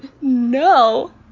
no